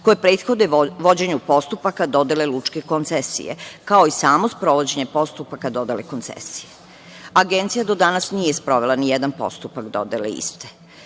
koje prethode vođenju postupaka dodele lučke koncesije, kao i samo sprovođenje postupaka dodele koncesije. Agencija do danas nije sprovela nijedan postupak dodele